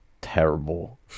terrible